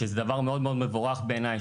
שזה דבר מאוד מאוד מבורך בעיניי,